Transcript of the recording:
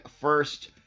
first